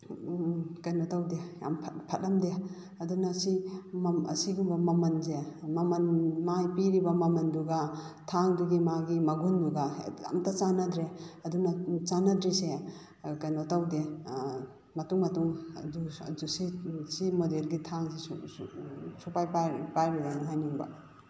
ꯀꯩꯅꯣ ꯇꯧꯗꯦ ꯌꯥꯝ ꯐꯠꯂꯝꯗꯦ ꯑꯗꯨꯅ ꯁꯤ ꯑꯁꯤꯒꯤ ꯃꯃꯟꯁꯦ ꯃꯃꯟ ꯃꯥꯒꯤ ꯄꯤꯔꯤꯕ ꯃꯃꯝꯗꯨꯒ ꯊꯥꯡꯗꯨꯒꯤ ꯃꯥꯒꯤ ꯃꯒꯨꯟꯗꯨꯒ ꯍꯦꯛꯇ ꯑꯝꯇ ꯆꯥꯟꯅꯗ꯭ꯔꯦ ꯑꯗꯨꯅ ꯆꯥꯅꯗ꯭ꯔꯤꯁꯦ ꯀꯩꯅꯣ ꯇꯧꯗꯦ ꯃꯇꯨꯡ ꯃꯇꯨꯡ ꯑꯗꯨ ꯑꯗꯨ ꯁꯤ ꯁꯤ ꯃꯣꯗꯦꯜꯒꯤ ꯊꯥꯡꯁꯤ ꯁꯨꯡꯄꯥꯏ ꯄꯥꯏꯔꯨꯔꯅꯨ ꯍꯥꯏꯅꯤꯡꯕ